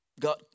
God